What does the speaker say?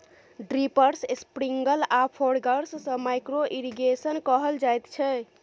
drippers, sprinkle आ foggers सँ micro irrigation कहल जाइत छै